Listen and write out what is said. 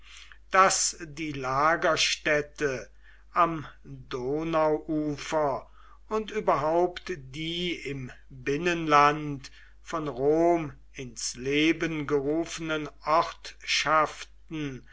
daß die lagerstädte am donauufer und überhaupt die im binnenland von rom ins leben gerufenen